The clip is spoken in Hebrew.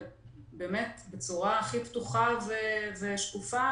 ובצורה הכי פתוחה ושקופה,